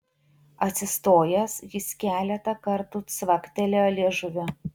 atsistojęs jis keletą kartų cvaktelėjo liežuviu